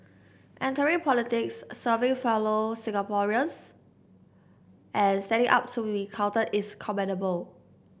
entering politics serving fellow Singaporeans and standing up to be counted is commendable